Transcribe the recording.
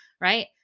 Right